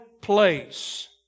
place